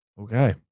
Okay